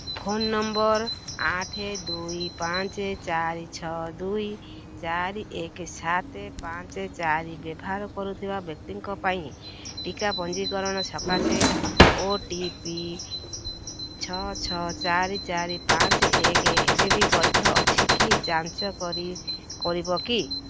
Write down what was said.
phone number ଆଠ ଦୁଇ ପାଞ୍ଚ ଚାରି ଛଅ ଦୁଇ ଚାରି ଏକ ସାତ ପାଞ୍ଚ ଚାରି ବ୍ୟବହାର କରୁଥିବା ବ୍ୟକ୍ତିଙ୍କ ପାଇଁ ଟିକା ପଞ୍ଜୀକରଣ ସକାଶେ ଓ ଟି ପି ଛଅ ଛଅ ଚାରି ଚାରି ପାଞ୍ଚ ଏକ ଏବେ ବି ବୈଧ ଅଛି କି ଯାଞ୍ଚ କରିବ କି